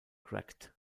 cracked